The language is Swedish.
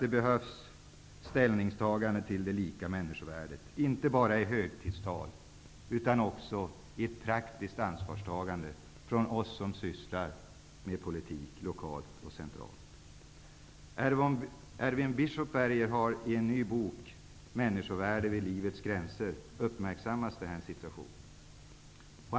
Det behövs också ställningstagande till det lika människovärdet -- inte bara i högtidstal utan också i praktiskt ansvarstagande -- från oss som sysslar med politik, både lokalt och centralt. I Erwing Bischofbergers nya bok ''Människovärde vid livets gränser'' uppmärksammas den här situationen.